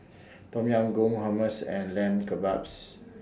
Tom Yam Goong Hummus and Lamb Kebabs